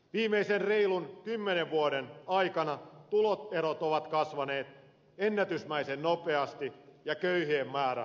viimeisten reilun kymmenen vuoden aikana tuloerot ovat kasvaneet ennätysmäisen nopeasti ja köyhien määrä lisääntyy